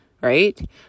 right